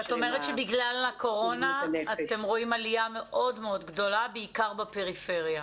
ואת אומרת שבגלל הקורונה אתם רואים עלייה מאוד גדולה בעיקר בפריפריה,